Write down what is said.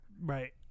Right